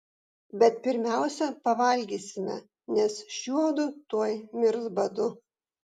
bet pirmiausia pavalgysime nes šiuodu tuoj mirs badu